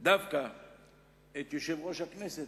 דווקא את יושב-ראש הכנסת,